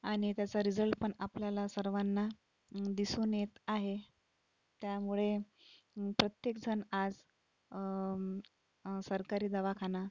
आणि त्याचा रिजल्ट पण आपल्याला सर्वांना दिसून येत आहे त्यामुळे प्रत्येक जण आज सरकारी दवाखाना